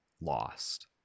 Lost